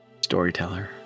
Storyteller